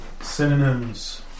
Synonyms